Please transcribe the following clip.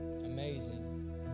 Amazing